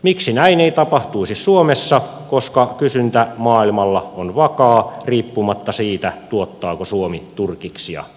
miksi näin ei tapahtuisi suomessa koska kysyntä maailmalla on vakaa riippumatta siitä tuottaako suomi turkiksia vai ei